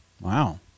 Wow